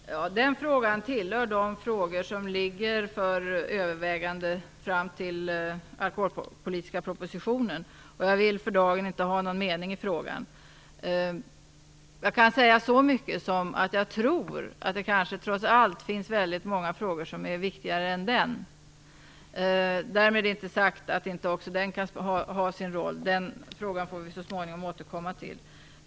Herr talman! Den frågan tillhör de frågor som är under övervägande i den kommande alkoholpolitiska propositionen. Jag vill för dagen inte ha någon mening i frågan, men jag kan säga så mycket som att jag tror att det trots allt finns många frågor som är viktigare än den. Därmed inte sagt att inte också den kan ha sin roll. Den frågan får vi så småningom återkomma till.